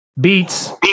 beats